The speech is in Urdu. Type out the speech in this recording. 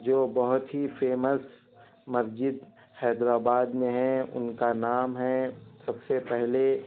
جو بہت ہی فیمس مسجد حیدرآباد میں ہے ان کا نام ہے سب سے پہلے